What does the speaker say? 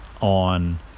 on